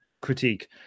critique